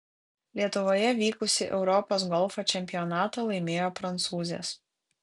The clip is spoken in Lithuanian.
lietuvoje vykusį europos golfo čempionatą laimėjo prancūzės